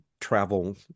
travel